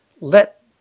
let